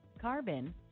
carbon